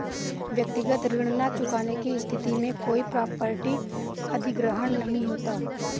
व्यक्तिगत ऋण न चुकाने की स्थिति में कोई प्रॉपर्टी अधिग्रहण नहीं होता